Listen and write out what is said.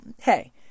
hey